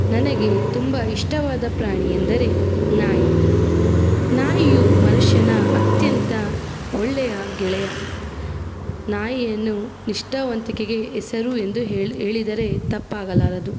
ನನಗೆ ತುಂಬ ಇಷ್ಟವಾದ ಪ್ರಾಣಿ ಎಂದರೆ ನಾಯಿ ನಾಯಿಯು ಮನುಷ್ಯನ ಅತ್ಯಂತ ಒಳ್ಳೆಯ ಗೆಳೆಯ ನಾಯಿಯನ್ನು ನಿಷ್ಠಾವಂತಿಕೆಗೆ ಹೆಸರು ಎಂದು ಹೇಳಿ ಹೇಳಿದರೆ ತಪ್ಪಾಗಲಾರದು